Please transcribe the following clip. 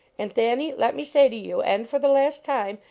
and thanny, let me say to you, and for the last time,